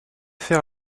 faire